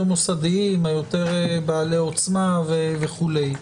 מוסדיים שהם יותר בעלי עוצמה וכולי.